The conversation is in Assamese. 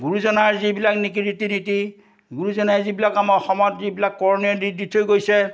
গুৰুজনাৰ যিবিলাক নেকি ৰীতি নীতি গুৰুজনাই যিবিলাক আমাৰ অসমত যিবিলাক কৰণীয় দি দি থৈ গৈছে